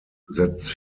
that